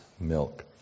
milk